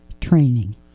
training